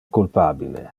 culpabile